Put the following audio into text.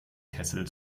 kessel